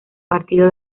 partido